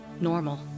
Normal